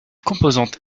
composante